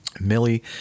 Millie